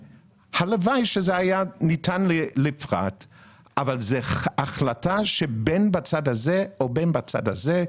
הלוואי שזה היה ניתן לבד אבל זאת החלטה שבין בצד הזה או בין בצד הזה,